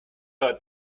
hurt